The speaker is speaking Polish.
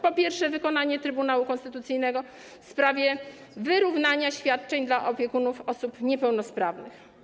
Po pierwsze, wykonanie wyroku Trybunału Konstytucyjnego w sprawie wyrównania świadczeń dla opiekunów osób niepełnosprawnych.